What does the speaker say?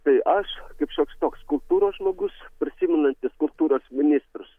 tai aš kaip šioks toks kultūros žmogus prisimenantis kultūros ministrus